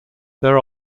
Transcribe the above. there